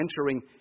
entering